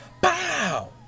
Bow